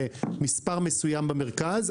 במספר מסוים במרכז,